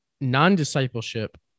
non-discipleship